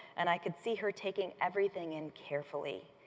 and i could see her taking everything in carefully.